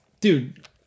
dude